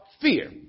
fear